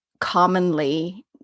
commonly